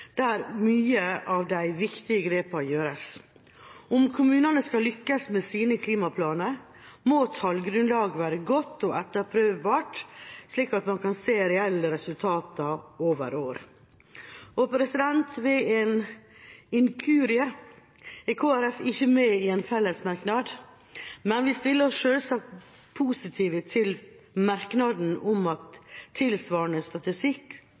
mye av de viktige grepene gjøres. Om kommunene skal lykkes med sine klimaplaner, må tallgrunnlaget være godt og etterprøvbart, slik at man kan se reelle resultater over år. Ved en inkurie er Kristelig Folkeparti ikke med i en fellesmerknad, men vi stiller oss selvsagt positiv til merknaden om at tilsvarende statistikk